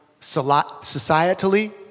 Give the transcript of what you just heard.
societally